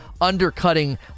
undercutting